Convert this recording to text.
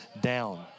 down